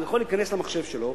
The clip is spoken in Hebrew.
הוא יכול להיכנס למחשב שלו,